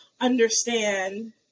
understand